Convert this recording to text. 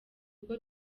uko